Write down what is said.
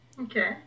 Okay